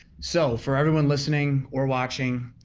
so, for everyone listening or watching,